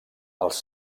els